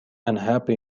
unhappy